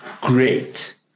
great